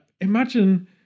imagine